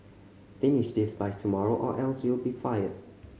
finish this by tomorrow or else you'll be fired